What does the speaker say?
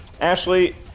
Ashley